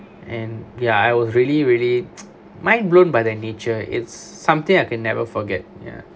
and ya I was really really mind blown by the nature it's something I can never forget ya